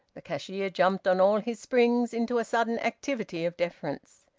the cashier jumped on all his springs into a sudden activity of deference.